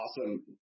awesome